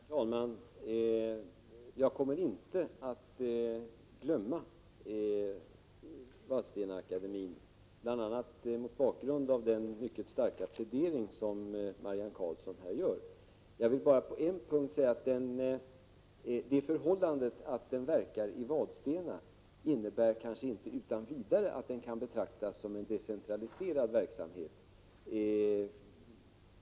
Herr talman! Jag kommer inte att glömma bort Vadstena-akademien, bl.a. mot bakgrund av den mycket starka plädering som Marianne Karlsson här gör. Jag vill bara tillägga att det förhållandet att akademin verkar i Vadstena inte utan vidare innebär att den betraktas som en decentraliserad verksamhet.